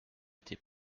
était